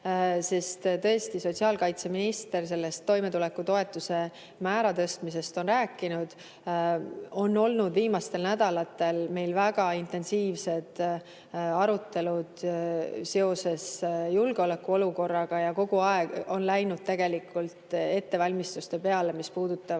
Tõesti, sotsiaalkaitseminister on toimetulekutoetuse piirmäära tõstmisest rääkinud, aga viimastel nädalatel on meil olnud väga intensiivsed arutelud seoses julgeolekuolukorraga ja kogu aeg on kulunud tegelikult ettevalmistuste peale, mis puudutavad